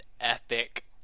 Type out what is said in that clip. epic